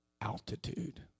altitude